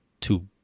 two